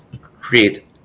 create